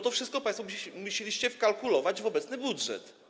To wszystko państwo musieliście wkalkulować w obecny budżet.